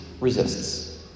resists